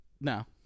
No